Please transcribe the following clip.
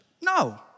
No